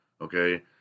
okay